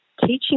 teaching